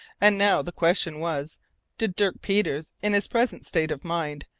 and now the question was, did dirk peters, in his present state of mind,